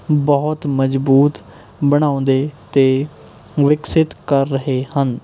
ਬਹੁਤ ਮਜਬੂਤ ਬਣਾਉਂਦੇ ਅਤੇ ਵਿਕਸਿਤ ਕਰ ਰਹੇ ਹਨ